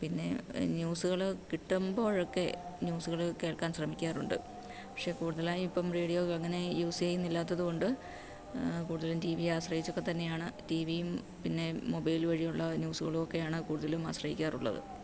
പിന്നെ ന്യൂസുകള് കിട്ടമ്പോഴൊക്കെ ന്യൂസുകള് കേള്ക്കാന് ശ്രമിക്കാറുണ്ട് പക്ഷെ കൂടുതലായും ഇപ്പോള് റേഡിയോ അങ്ങനെ യൂസെയ്യുന്നില്ലാത്തതുകൊണ്ട് കൂടുതലും ടി വിയെ ആശ്രയിച്ചൊക്കെ തന്നെയാണ് ടി വിയും പിന്നെ മൊബൈല് വഴിയുള്ള ന്യൂസുകളും ഒക്കെയാണ് കൂടുതലും ആശ്രയിക്കാറുള്ളത്